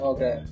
Okay